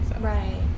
Right